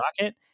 Rocket